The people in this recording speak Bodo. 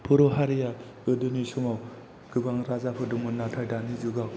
बर' हारिया गोदोनि समाव गोबां राजाफोर दंमोन नाथाय दानि जुगाव